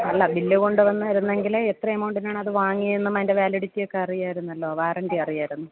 അല്ല ബില്ല് കൊണ്ട് വന്നിരുന്നെങ്കിൽ എത്ര എമൗണ്ടിനാണ് അത് വാങ്ങിയതെന്നും അതിൻ്റെ വാലിഡിറ്റി ഒക്കെ അറിയായിരുന്നല്ലോ വാറണ്ടി അറിയാമായിരുന്നു